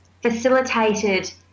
facilitated